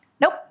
Nope